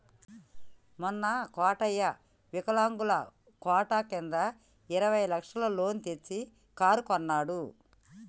మొన్న కోటయ్య వికలాంగుల కోట కింద ఇరవై లక్షల లోన్ తెచ్చి కారు కొన్నడు